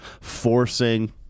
forcing